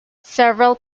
several